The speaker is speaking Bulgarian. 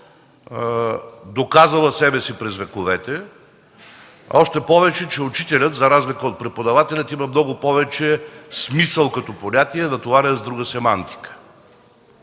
доказала себе си през вековете. Още повече, че учителят, за разлика от преподавателя, има повече смисъл като понятие, натоварено с друга семантика.